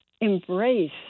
embrace